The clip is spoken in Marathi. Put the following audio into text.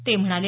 ते म्हणाले